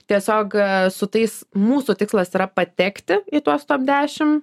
tiesiog su tais mūsų tikslas yra patekti į tuos top dešim